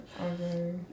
Okay